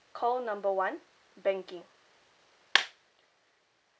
call number one banking